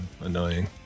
annoying